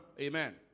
Amen